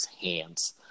hands